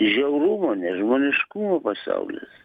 žiaurumo nežmoniškumo pasaulis